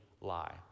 lie